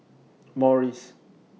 Morries